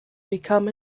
become